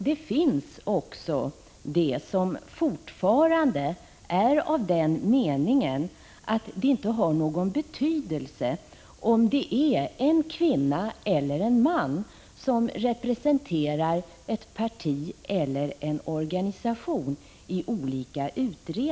Det finns också de som fortfarande är av den meningen att det i olika utredningar inte har någon betydelse om det är en kvinna eller en man som representerar ett parti eller en organisation.